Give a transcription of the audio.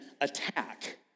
attack